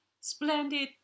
splendid